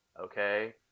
Okay